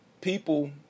people